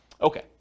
Okay